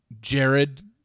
Jared